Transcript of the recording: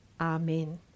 Amen